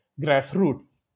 grassroots